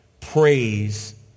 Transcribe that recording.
praise